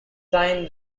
time